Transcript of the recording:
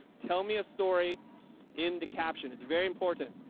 tell me a story in the caption it's very important.